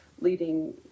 leading